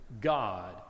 God